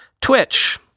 Twitch